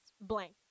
blank